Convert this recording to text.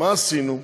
מה עשינו?